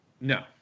No